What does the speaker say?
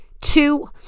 two